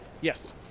Yes